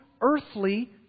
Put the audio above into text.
earthly